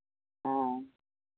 हँ